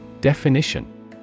Definition